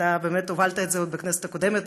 ואתה באמת הובלת את זה עוד בכנסת הקודמת,